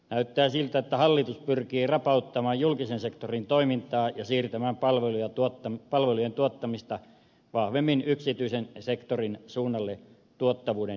näyttää siltä että hallitus pyrkii rapauttamaan julkisen sektorin toimintaa ja siirtämään palvelujen tuottamista vahvemmin yksityisen sektorin suunnalle tuottavuuden nimissä